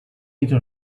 into